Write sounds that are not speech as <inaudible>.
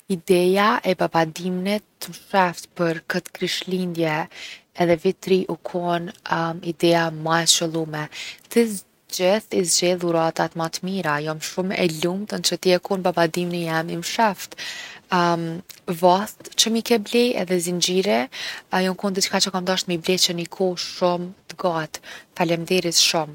Ideja e babadimnit t’msheft për kët Krishtlindje edhe Vit t’Ri u kon <hesitation> ideja ma e qëllume. Ti gjithë i zgjedh dhuratat ma t’mira! Jom shumë e lumtun që ti je kon babadimni jem i msheft! <hesitation> vatht që mi ble edhe zingjiri, jon kon diçka që kom dasht mi ble që ni kohë shumë t’gatë. Falemnderit shumë!